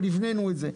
אבל הבנינו את זה.